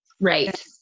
Right